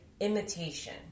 Imitation